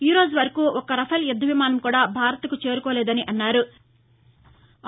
ఈ రోజు వరకు ఒక్క రఫెల్ యుద్ద విమానం కూడా భారత్ చేరుకోలేదన్నారు